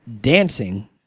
dancing